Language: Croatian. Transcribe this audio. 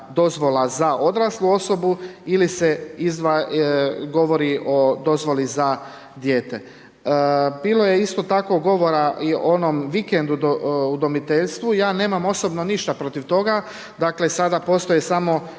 za odraslu osobu ili se govori o dozvoli za dijete. Bilo je isto tako govora i o onom vikendu udomiteljstvu, ja nemam ništa protiv toga, dakle, sada postoje samo